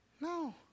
No